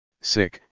sick